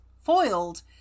foiled